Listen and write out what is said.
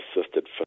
assisted